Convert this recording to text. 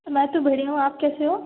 मैं तो बढ़िया हूँ आप कैसे हो